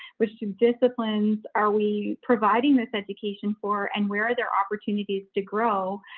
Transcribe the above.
which two disciplines are we providing this education for and where are there opportunities to grow?